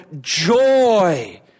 joy